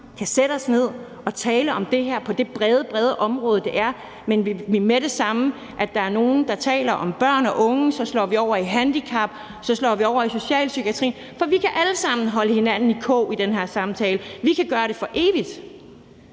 kan sætte os ned og tale om det her på det brede, brede område, det er. Men med det samme, vi taler om børn og unge, slår vi over i handicap, så slår vi over i socialpsykiatrien, for vi kan alle sammen holde hinanden i kog i den her samtale, vi kan gøre det for evigt.